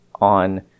on